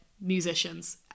musicians